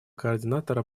координатора